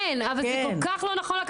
אבל זה כל כך לא נכון.